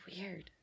weird